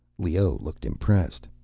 leoh looked impressed.